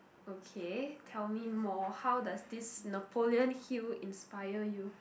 okay tell me more how does this Napoleon-Hill inspire you